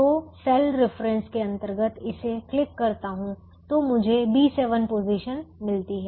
तो cell reference के अंतर्गत मैं इसे क्लिक करता हूं तो मुझे B7 पोजीशन मिलती है